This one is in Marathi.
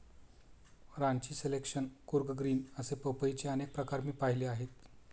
रांची सिलेक्शन, कूर्ग ग्रीन असे पपईचे अनेक प्रकार मी पाहिले आहेत